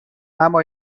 اما